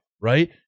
Right